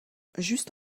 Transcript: juste